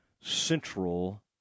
Central